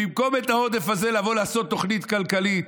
במקום בעודף הזה לבוא ולעשות תוכנית כלכלית,